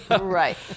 right